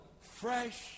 fresh